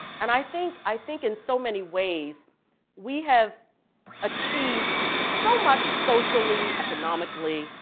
and i think i think in so many ways we have achieved so much socially, economically,